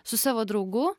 su savo draugu